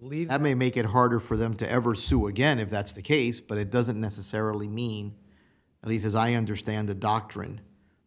leave i mean make it harder for them to ever sue again if that's the case but it doesn't necessarily mean at least as i understand the doctrine